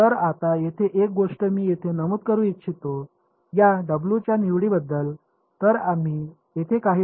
तर आता येथे एक गोष्ट मी येथे नमूद करू इच्छितो या डब्ल्यूच्या निवडीबद्दल